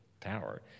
tower